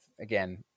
again